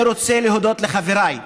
אני רוצה להודות לחבריי,